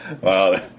Wow